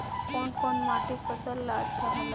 कौन कौनमाटी फसल ला अच्छा होला?